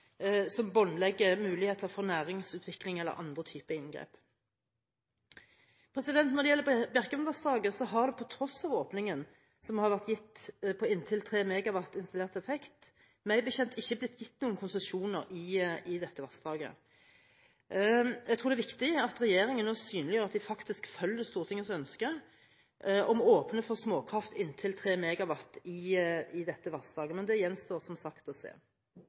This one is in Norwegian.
som båndlegger muligheter for næringsutvikling og andre typer inngrep. Når det gjelder Bjerkreimvassdraget, så har det meg bekjent – på tross av åpningen som har vært gitt på inntil 3 MW installert effekt – ikke blitt gitt noen konsesjoner i dette vassdraget. Jeg tror det er viktig at regjeringen nå synliggjør at de faktisk følger Stortingets ønske om å åpne for småkraft inntil 3 MW i dette vassdraget, men det gjenstår som sagt å se.